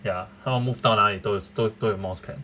ya how move 到哪里都有 mouse pad